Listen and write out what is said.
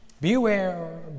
Beware